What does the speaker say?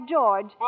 George